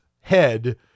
head